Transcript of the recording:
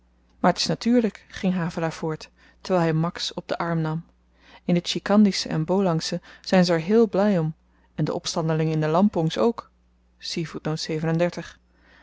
maar t is natuurlyk ging havelaar voort terwyl hy max op den arm nam in het tjikandische en bolangsche zyn ze er heel bly om en de opstandelingen in de lampongs ook